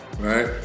Right